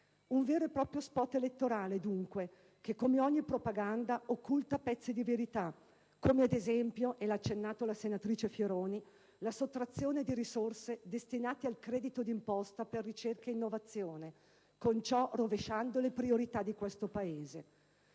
Un vero e proprio spot elettorale dunque che, come ogni propaganda, occulta pezzi di verità come, ad esempio (lo ha accennato la senatrice Fioroni), la sottrazione di risorse destinate al credito d'imposta per ricerca e innovazione, con ciò rovesciando le priorità di questo Paese.